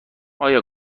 آیا